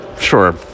Sure